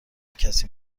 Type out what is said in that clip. کسی